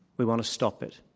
we want to stop it.